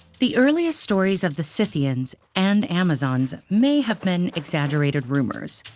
the earliest stories of the scythians, and amazons, may have been exaggerated rumors.